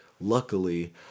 luckily